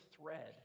thread